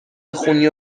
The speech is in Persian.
بخونی